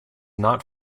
not